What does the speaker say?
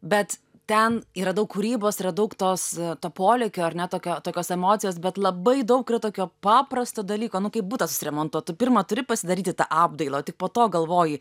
bet ten yra daug kūrybos yra daug tos to polėkio ar ne tokio tokios emocijos bet labai daug yra tokio paprasto dalyko nu kaip butą susiremontuot tu pirma turi pasidaryti tą apdailą o tik po to galvoji